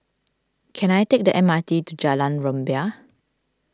can I take the M R T to Jalan Rumbia